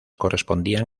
correspondían